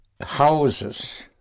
houses